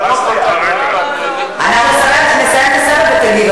אנחנו נסיים את הסבב ותגיב.